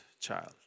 child